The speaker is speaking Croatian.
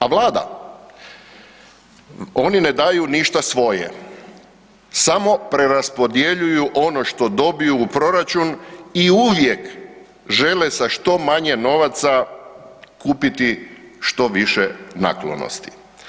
A Vlada, oni ne daju ništa svoje samo preraspodjeljuju ono što dobiju u proračun i uvijek žele sa što manje novaca kupiti što više naklonosti.